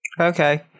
okay